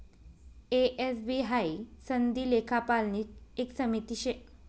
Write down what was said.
ए, S, B हाई सनदी लेखापालनी एक समिती शे